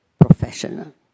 professional